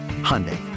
Hyundai